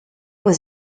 was